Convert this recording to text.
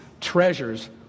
treasures